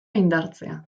indartzea